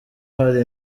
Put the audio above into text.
hari